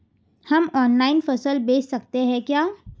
हम ऑनलाइन फसल बेच सकते हैं क्या?